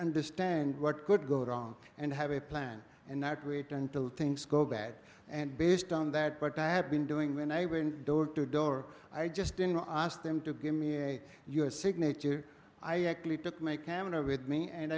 understand what could go wrong and have a plan and not wait until things go bad and based on that but i have been doing when i went door to door i just didn't i asked them to give me your signature i actually took my camera with me and